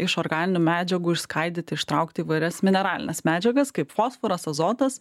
iš organinių medžiagų išskaidyti ištraukti įvairias mineralines medžiagas kaip fosforas azotas